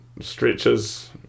stretches